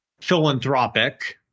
philanthropic